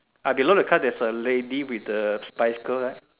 ah below the car there's a lady with the bicycle right